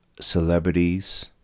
celebrities